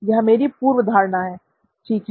यह मेरी पूर्वधारणा है ठीक है